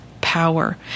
power